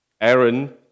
Aaron